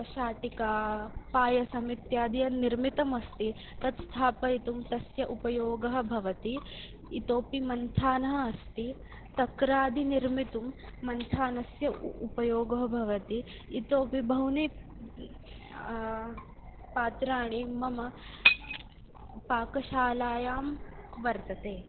शाटिका पायसमित्यादि यद्निर्मितमस्ति तत् स्थापयितुं तस्य उपयोगः भवति इतोऽपि मन्थानः अस्ति तक्रादीन् निर्मातुं मन्थानस्य उपयोगः भवति इतोऽपि बहूनि पात्राणि मम पाकशालायां वर्तते